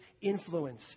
influence